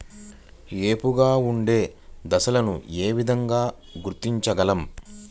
ఏపుగా ఉండే దశను ఏ విధంగా గుర్తించగలం?